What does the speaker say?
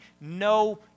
no